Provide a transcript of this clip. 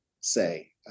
say